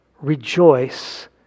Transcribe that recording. rejoice